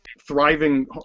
thriving